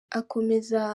akomeza